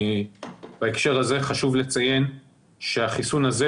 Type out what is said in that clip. בהקשר הזה חשוב לציין שהחיסון הזה,